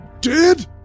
Dead